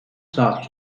saat